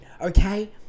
okay